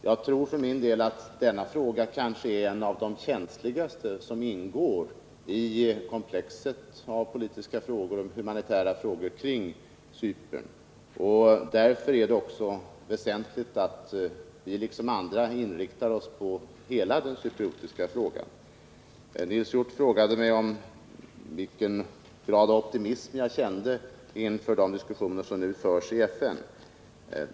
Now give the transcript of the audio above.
Jag tror för min del att denna fråga är en av de känsligaste som ingår i komplexet av politiska och humanitära problem kring Cypern, och därför är det också väsentligt att vi, liksom andra, inriktar oss på hela den cypriotiska frågan. Nils Hjort frågade mig vilken grad av optimism jag känner inför de diskussioner som nu förs i FN.